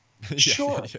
Sure